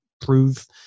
prove